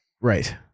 Right